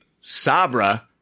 Sabra